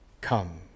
come